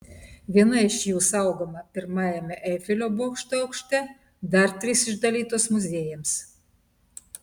viena iš jų saugoma pirmajame eifelio bokšto aukšte dar trys išdalytos muziejams